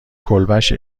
کلبش